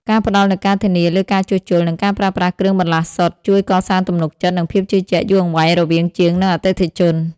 ការផ្តល់នូវការធានាលើការជួសជុល និងការប្រើប្រាស់គ្រឿងបន្លាស់សុទ្ធ ជួយកសាងទំនុកចិត្ត និងភាពជឿជាក់យូរអង្វែងរវាងជាង និងអតិថិជន។